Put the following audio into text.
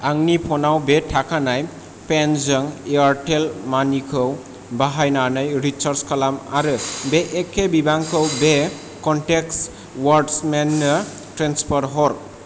आंनि फ'न आव बे थाखानाय प्लेन जों एयारटेल मानि खौ बाहायनानै रिसार्ज खालाम आरो बे एखे बिबांखौ बे क'नटेक्ट वाट्समेन नो ट्रेन्सफार हर